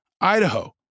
Idaho